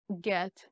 get